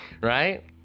right